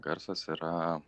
garsas yra